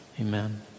Amen